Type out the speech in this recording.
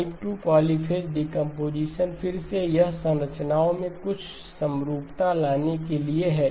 type 2 polyphase decomposition फिर से यह संरचनाओं में कुछ समरूपता लाने के लिए है